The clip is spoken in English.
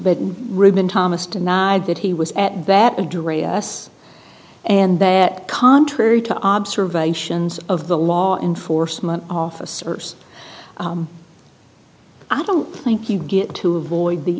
is ruben thomas denied that he was at that address and that contrary to observations of the law enforcement officers i don't think you get to avoid the